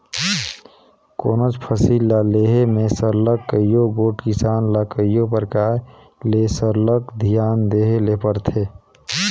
कोनोच फसिल ल लेहे में सरलग कइयो गोट किसान ल कइयो परकार ले सरलग धियान देहे ले परथे